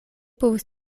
povus